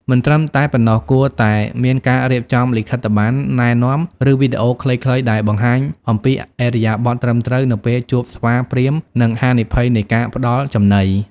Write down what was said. មិនត្រឹមតែប៉ុណ្ណោះ គួរតែមានការរៀបចំលិខិត្តប័ណ្ណណែនាំ ឬវីដេអូខ្លីៗដែលបង្ហាញអំពីឥរិយាបថត្រឹមត្រូវនៅពេលជួបស្វាព្រាហ្មណ៍ និងហានិភ័យនៃការផ្តល់ចំណី។